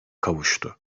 kavuştu